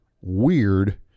weird